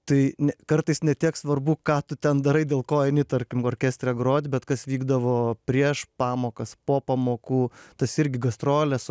tai ne kartais ne tiek svarbu ką tu ten darai dėl ko eini tarkim orkestre grot bet kas vykdavo prieš pamokas po pamokų tas irgi gastrolės